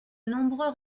nombreux